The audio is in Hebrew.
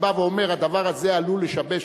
ובא ואומר: הדבר הזה עלול לשבש,